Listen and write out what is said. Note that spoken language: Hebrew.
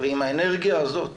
ועם האנרגיה הזאת